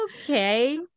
okay